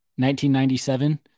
1997